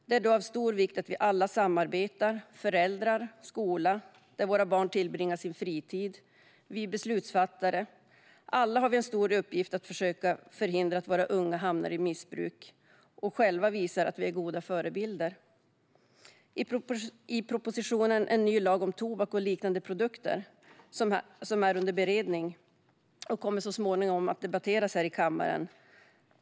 Det är av stor vikt att föräldrar och skola samarbetar - där våra barn tillbringar sin fritid - och vi beslutsfattare. Alla har vi en stor uppgift att försöka förhindra att våra unga hamnar i missbruk och själva visa att vi är goda förebilder. Propositionen Ny lag om tobak och liknande produkter är under beredning och kommer så småningom att debatteras här i kammaren.